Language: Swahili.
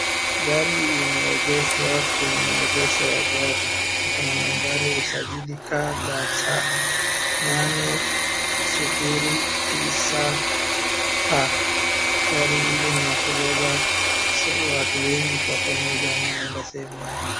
gari imeegeshwa kwenye maegesho ya gari ikona nambari ya usajili ka da cha nane sufuri tisa a , gari hii ni ya kubeba watu wengi kwa pamoja wanaoenda sehemu moja